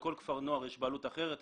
לכל כפר נוער יש בעלות אחרת.